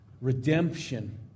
redemption